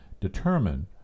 determine